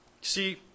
See